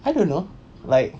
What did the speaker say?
I don't know like